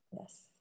Yes